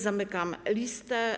Zamykam listę.